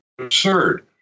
absurd